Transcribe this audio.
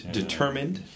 determined